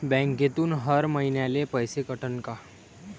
बँकेतून हर महिन्याले पैसा कटन का?